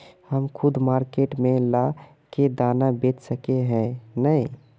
हम खुद मार्केट में ला के दाना बेच सके है नय?